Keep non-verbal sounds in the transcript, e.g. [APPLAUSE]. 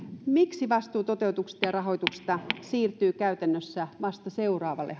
miksi vastuu toteutuksesta ja rahoituksesta siirtyy käytännössä vasta seuraavalle [UNINTELLIGIBLE]